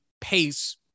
pace